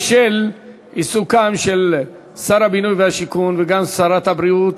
בשל עיסוקם של שר הבינוי והשיכון וגם שרת הבריאות,